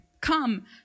Come